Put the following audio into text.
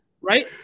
Right